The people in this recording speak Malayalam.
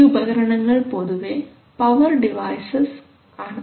ഈ ഉപകരണങ്ങൾ പൊതുവേ പവർ ഡിവൈസസ് ആണ്